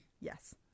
Yes